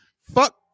Fuck